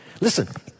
Listen